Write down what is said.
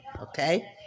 okay